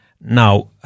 Now